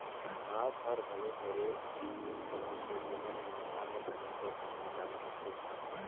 घांस हर घलो ढेरे किसिम कर होथे जेमन में आने आने प्रोटीन, बिटामिन होथे